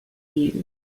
you